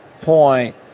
point